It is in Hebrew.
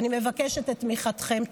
ואני מבקשת את תמיכתכם.